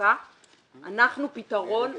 ותחזוקה - אנחנו פתרון ריאלי,